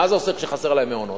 מה זה עושה שחסרים להם מעונות?